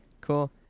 Cool